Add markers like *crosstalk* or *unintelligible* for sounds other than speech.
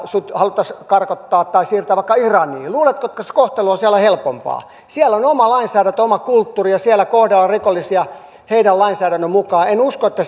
haluttaisiin karkottaa tai siirtää vaikka iraniin luuletko että se kohtalo on siellä helpompaa siellä on oma lainsäädäntö oma kulttuuri ja siellä kohdellaan rikollisia heidän lainsäädännön mukaan en en usko että *unintelligible*